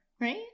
right